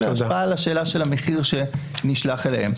השפעה על שאלת המחיר שנשלח אליהם.